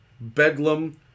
Bedlam